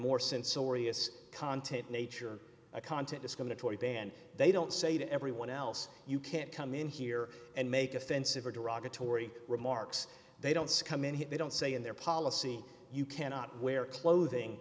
sorious content nature a content discriminatory ban they don't say to everyone else you can't come in here and make offensive or derogatory remarks they don't come in here they don't say in their policy you cannot wear clothing